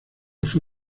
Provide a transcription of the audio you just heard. fue